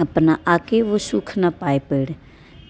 अपना आ के वो सुख ना पाए पेड़